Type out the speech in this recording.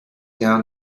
down